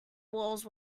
walls